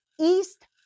east